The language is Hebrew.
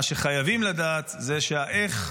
שחייבים לדעת זה שה"איך"